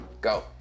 Go